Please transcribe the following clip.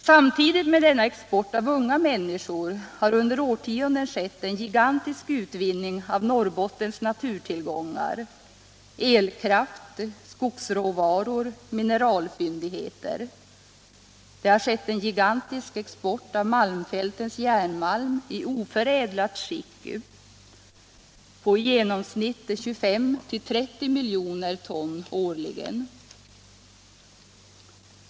Samtidigt med denna export av unga människor har under årtionden skett en gigantisk utvinning av Norrbottens naturtillgångar: elkraft, skogsråvaror och mineralfyndigheter. Det har skett en gigantisk export av malmfältens järnmalm i oförädlat skick på i genomsnitt 25-30 miljoner ton årligen.